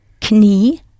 Knie